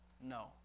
No